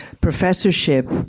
professorship